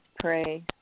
pray